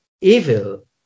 evil